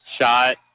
Shot